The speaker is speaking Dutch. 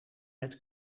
met